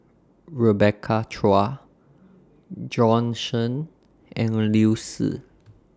Rebecca Chua Bjorn Shen and Liu Si